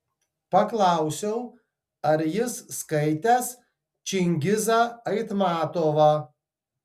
paklausiau ar jis skaitęs čingizą aitmatovą